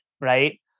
right